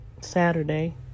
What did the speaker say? Saturday